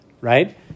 Right